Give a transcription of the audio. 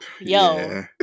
Yo